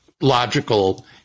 logical